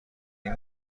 این